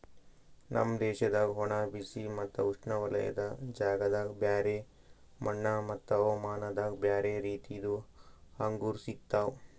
ನಮ್ ದೇಶದಾಗ್ ಒಣ, ಬಿಸಿ ಮತ್ತ ಉಷ್ಣವಲಯದ ಜಾಗದಾಗ್ ಬ್ಯಾರೆ ಮಣ್ಣ ಮತ್ತ ಹವಾಮಾನದಾಗ್ ಬ್ಯಾರೆ ರೀತಿದು ಅಂಗೂರ್ ಸಿಗ್ತವ್